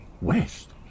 west